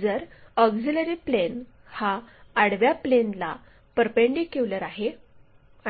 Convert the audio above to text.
जर auxiliary plane हा आडव्या प्लेनला परपेंडीक्युलर आहे